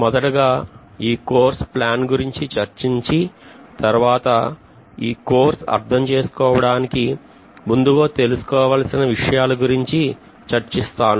మొదటగా ఈ course plan గురించి చర్చించి తరువాత ఈ కోర్సు అర్థం చేసుకోవడానికి ముందుగా తెలుసుకోవలసిన విషయాల గురించి చర్చిస్తాను